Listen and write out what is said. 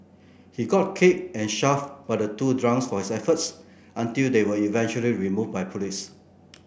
he got kicked and shoved by the two drunks for his efforts until they were eventually removed by police